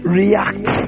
react